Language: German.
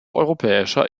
europäischer